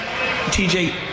TJ